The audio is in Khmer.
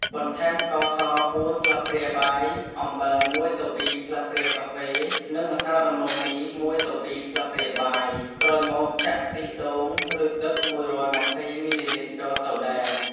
បន្ថែម ស្ករស ៤ ស្លាបព្រាបាយ អំបិល ១ទៅ២ ស្លាបព្រាកាហ្វេ និង ម្សៅដំឡូងមី ១ទៅ២ ស្លាបព្រាបាយ ក្រោយមកចាក់ ខ្ទិះដូង ឬ ទឹក ១២០ មីលីលីត្រចូលទៅដែរ។